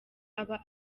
aba